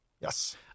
yes